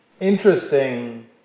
interesting